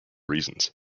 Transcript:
reasons